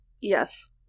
Yes